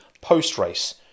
post-race